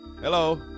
Hello